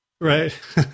Right